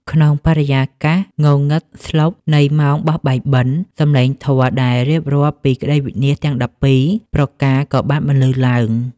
ក្នុងបរិយាកាសងងឹតស្លុបនៃម៉ោងបោះបាយបិណ្ឌ សម្លេងធម៌ដែលរៀបរាប់ពីក្ដីវិនាសទាំង ១២ ប្រការក៏បានបន្លឺឡើង។